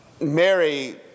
Mary